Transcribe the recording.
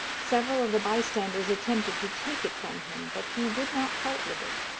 several of the bystanders attempted to take it from him, but he would not part with it.